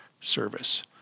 service